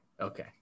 okay